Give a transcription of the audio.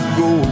go